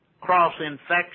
cross-infection